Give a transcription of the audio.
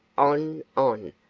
on, on,